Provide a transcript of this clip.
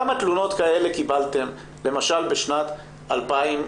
כמה תלונות כאלה קיבלתם למשל בשנת 2019?